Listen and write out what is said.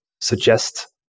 suggest